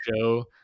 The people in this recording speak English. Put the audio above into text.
show